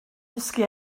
dysgu